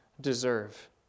deserve